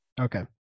Okay